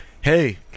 hey